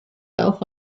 auch